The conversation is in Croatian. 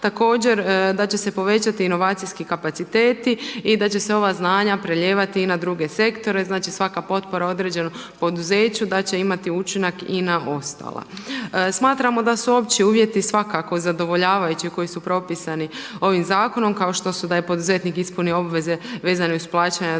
Također da će se povećati inovacijski kapaciteti i da će se ova znanja prelijevati i na druge sektore, znači potpora određenom poduzeću da će imati učinak i na ostala. Smatramo da su opći uvjeti svakako zadovoljavajući koji su propisani ovim zakonom kao što su da je poduzetnik ispunio obveze vezane uz plaćanje dospjelih